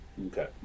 Okay